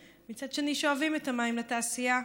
מצד שני שואבים את המים לתעשייה.